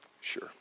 Sure